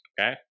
Okay